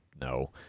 No